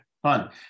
Fun